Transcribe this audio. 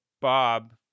Bob